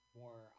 more